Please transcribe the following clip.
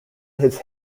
his